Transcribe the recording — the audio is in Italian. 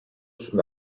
sul